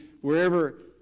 wherever